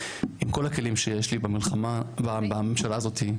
עם כל הכלים שיש לי בממשלה הזאתי.